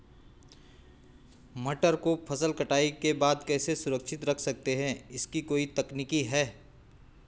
मटर को फसल कटाई के बाद कैसे सुरक्षित रख सकते हैं इसकी कोई तकनीक है?